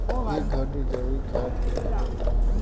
ए घड़ी जैविक खाद के ढेरे नाम बा